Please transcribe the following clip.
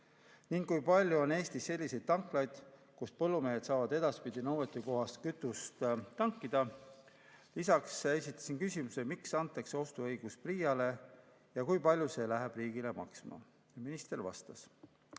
ning kui palju on Eestis selliseid tanklaid, kus põllumehed saavad edaspidi nõuetekohaselt kütust tankida. Lisaks esitasin küsimuse, miks antakse otsustusõigus PRIA-le ja kui palju see läheb riigile maksma. Minister vastas: